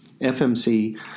FMC